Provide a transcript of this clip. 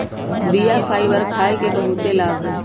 बीया फाइबर खाय के बहुते लाभ हइ